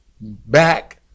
back